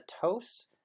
toast